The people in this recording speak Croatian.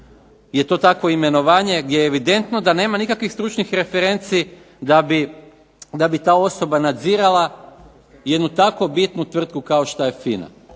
je to takvo imenovanje gdje je evidentno da nema nikakvih stručnih referenci da bi ta osoba nadzirala jednu takvu bitnu tvrtku kao što je FINA?